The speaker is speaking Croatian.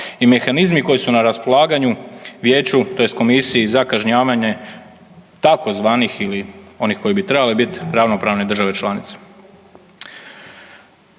i mehanizmi koji su na raspolaganju Vijeću tj. Komisiji za kažnjavanje tzv. ili onih koji bi trebali biti ravnopravne države članice.